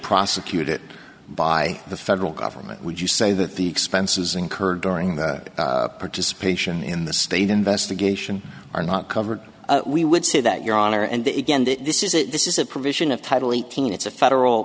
prosecuted by the federal government would you say that the expenses incurred during the participation in the state investigation are not covered we would say that your honor and again this is a this is a provision of title eighteen it's a federal